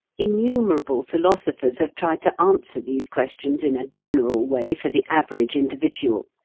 innumerable philosophers have tried to answer these questions in a general way for the average individual,